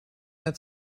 mehr